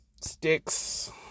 sticks